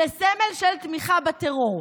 לסמל של תמיכה בטרור.